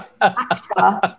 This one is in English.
actor